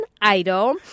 Idol